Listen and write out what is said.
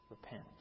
Repent